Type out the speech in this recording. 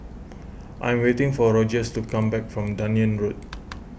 I am waiting for Rogers to come back from Dunearn Road